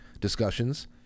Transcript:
discussions